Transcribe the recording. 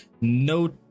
no